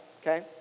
okay